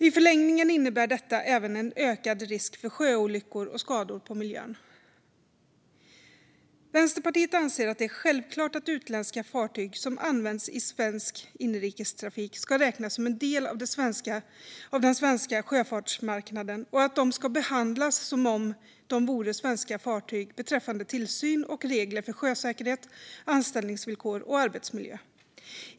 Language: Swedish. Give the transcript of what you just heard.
I förlängningen innebär detta även en ökad risk för sjöolyckor och skador på miljön. Vänsterpartiet anser att det är självklart att utländska fartyg som används i svensk inrikestrafik ska räknas som en del av den svenska sjöfartsmarknaden och att de ska behandlas som om de vore svenska fartyg beträffande tillsyn och regler för sjösäkerhet, anställningsvillkor och arbetsmiljö.